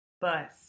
Bus